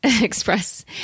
express